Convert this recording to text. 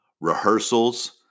rehearsals